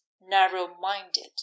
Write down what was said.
narrow-minded